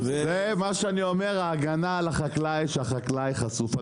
זה מה שאני אומר ההגנה על החקלאי שהחקלאי חשוף.